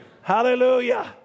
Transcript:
Hallelujah